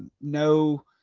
no